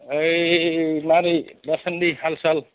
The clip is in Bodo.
ओइ मारै दासानदि हाल साल